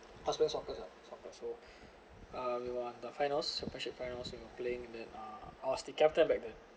husband soccer ah soccer so uh we were on the final suppres~ final were playing that uh I was the captain back then